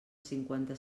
cinquanta